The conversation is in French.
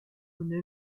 une